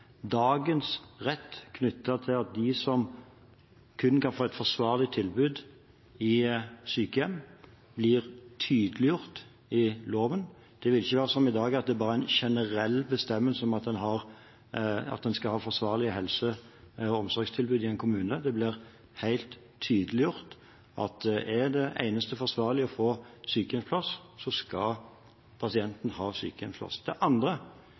Dagens rett knyttet til dem som kun kan få et forsvarlig tilbud i sykehjem, blir tydeliggjort i loven. Det vil ikke være som i dag, at det bare er en generell bestemmelse om at en skal ha forsvarlig helse- og omsorgstilbud i en kommune. Det blir tydeliggjort at hvis det eneste forsvarlige er å få sykehjemsplass, så skal pasienten ha sykehjemsplass. Det andre er at en også styrker rettssikkerheten til